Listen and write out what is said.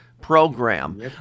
program